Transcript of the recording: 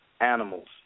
animals